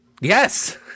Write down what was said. Yes